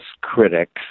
critics